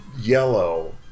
yellow